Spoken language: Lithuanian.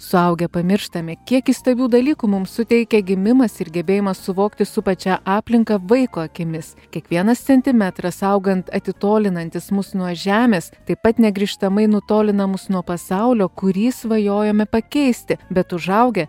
suaugę pamirštame kiek įstabių dalykų mums suteikia gimimas ir gebėjimas suvokti supančią aplinką vaiko akimis kiekvienas centimetras augant atitolinantis mus nuo žemės taip pat negrįžtamai nutolina mus nuo pasaulio kurį svajojome pakeisti bet užaugę